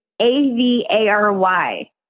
A-V-A-R-Y